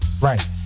Right